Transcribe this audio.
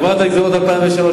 אבל מה אמרת לפקידי האוצר?